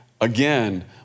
again